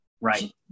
right